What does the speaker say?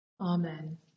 Amen